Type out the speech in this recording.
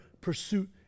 pursuit